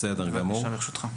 בסדר גמור.